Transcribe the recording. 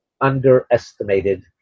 underestimated –